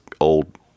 old